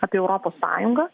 apie europos sąjungą